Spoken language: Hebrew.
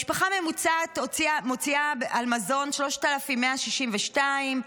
משפחה ממוצעת מוציאה על מזון 3,162 שקלים,